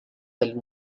del